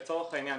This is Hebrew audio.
לצורך העניין,